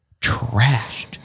trashed